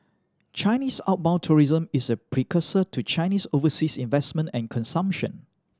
Chinese outbound tourism is a precursor to Chinese overseas investment and consumption